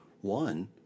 One